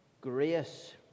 grace